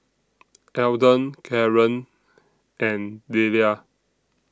Eldon Caren and Delia